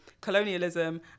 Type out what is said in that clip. colonialism